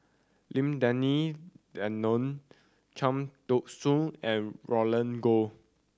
Lim Denan Denon Cham Tao Soon and Roland Goh